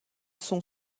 sont